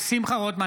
שמחה רוטמן,